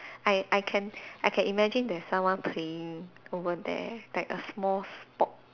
I I can I can imagine there's someone playing over there like a small spot